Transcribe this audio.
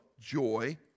joy